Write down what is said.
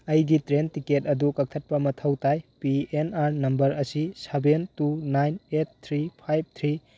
ꯑꯩꯒꯤ train ticket ꯑꯗꯨ ꯀꯛꯊꯠꯄ ꯃꯊꯧ ꯇꯥꯏ ꯄꯤ ꯑꯦꯟ ꯑꯥꯔ ꯅꯝꯕꯔ ꯑꯁꯤ seven two nine eight three five three